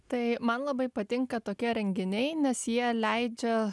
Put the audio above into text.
tai man labai patinka tokie renginiai nes jie leidžia